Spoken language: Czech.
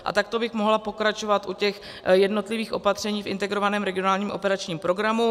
A takto bych mohla pokračovat u těch jednotlivých opatření v Integrovaném regionálním operačním programu.